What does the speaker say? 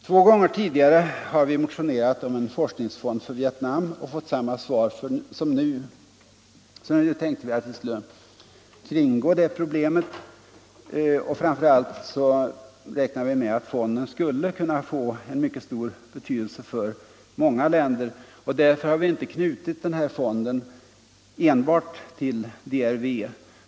Två gånger tidigare har vi motionerat om en forskningsfond för Vietnam och fått samma svar som nu. Men nu tänkte vi att vi skulle kringgå det problemet, och framför allt räknade vi med att fonden skulle kunna få en mycket stor betydelse för många länder. Därför har vi inte knutit den här fonden enbart till DRV.